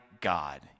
God